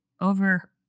over